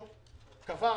הם לא היו זכאים להגיש,